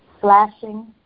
flashing